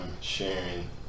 sharing